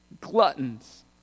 gluttons